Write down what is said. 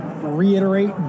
reiterate